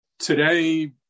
Today